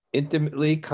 intimately